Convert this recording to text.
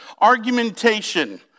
argumentation